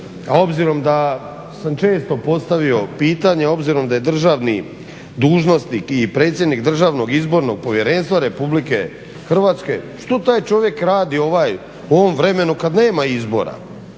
obzirom da sam često postavio pitanje obzirom da je državni dužnosnik i predsjednik Državnog izbornog povjerenstva RH što taj čovjek radi u ovom vremenu kada nema izbora,